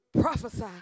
Prophesy